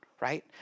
right